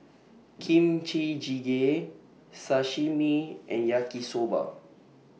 Kimchi Jjigae Sashimi and Yaki Soba